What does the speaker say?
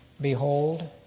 Behold